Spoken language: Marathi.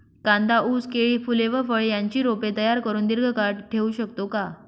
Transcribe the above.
कांदा, ऊस, केळी, फूले व फळे यांची रोपे तयार करुन दिर्घकाळ ठेवू शकतो का?